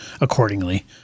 accordingly